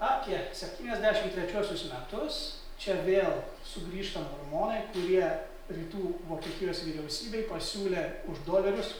apie septyniasdešim trečiuosius metus čia vėl sugrįžta mormonai kurie rytų vokietijos vyriausybei pasiūlė už dolerius